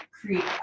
create